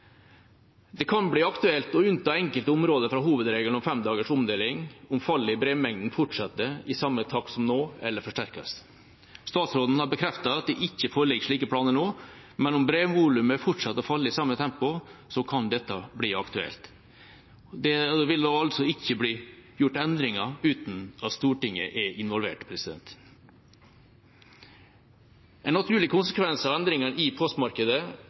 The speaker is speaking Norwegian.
Det kan bli aktuelt å unnta enkelte områder fra hovedregelen om fem dagers omdeling om fallet i brevmengden fortsetter i samme takt som nå eller forsterkes. Statsråden har bekreftet at det ikke foreligger slike planer nå, men om brevvolumet fortsetter å falle i samme tempo, kan dette bli aktuelt. Det vil ikke bli gjort endringer uten at Stortinget er involvert. En naturlig konsekvens av endringene i postmarkedet